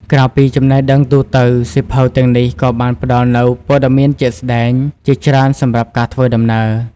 ក្រៅពីចំណេះដឹងទូទៅ សៀវភៅទាំងនេះក៏បានផ្ដល់នូវ ព័ត៌មានជាក់ស្ដែង ជាច្រើនសម្រាប់ការធ្វើដំណើរ។